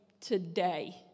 today